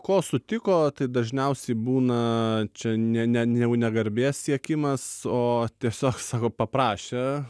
ko sutiko tai dažniausiai būna čia ne ne jau ne garbės siekimas o tiesiog sako paprašė